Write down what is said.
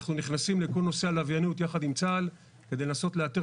אנחנו נכנסים לכל נושא הלוויינות יחד עם צה"ל כדי לנסות לאתר